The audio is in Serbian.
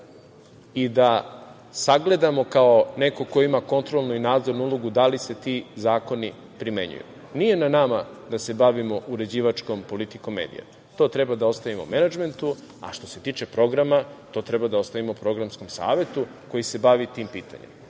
i da sagledamo kao neko ko ima kontrolnu i nadzornu ulogu da li se ti zakoni primenjuju. Nije na nama da se bavimo uređivačkom politikom medija. To treba da ostavimo menadžmentu, a što se tiče programa, to treba da ostavimo programskom savetu koji se bavi tim pitanjima. Ali,